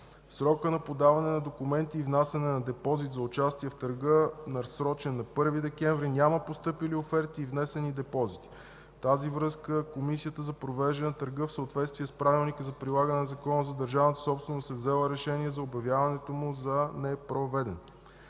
Срокът за подаване на документи и внасяне на депозити за участие в търга, насрочен на 1 декември, няма постъпили оферти и внесени депозити. В тази връзка Комисията за провеждане на търга в съответствие с правилника за прилагане на Закона за държавната собственост е взела решение за обявяването му за непроведен.